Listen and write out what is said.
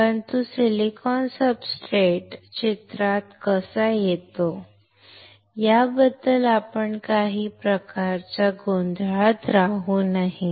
परंतु silicon substrate चित्रात कसा येतो याबद्दल आपण काही प्रकारच्या गोंधळात राहू नये